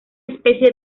especie